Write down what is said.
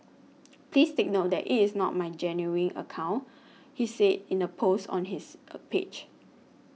please take note that it is not my genuine account he said in a post on his a page